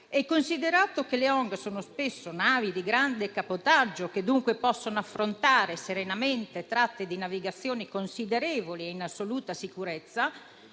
e considerato che quelle delle ONG sono spesso navi di grande cabotaggio, che dunque possono affrontare serenamente tratte di navigazione considerevoli in assoluta sicurezza